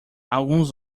alguns